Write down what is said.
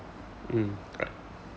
mm a~